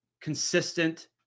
consistent